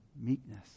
meekness